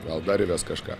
gal darėmės kažką